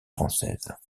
françaises